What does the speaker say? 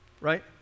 right